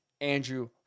Andrew